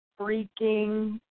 freaking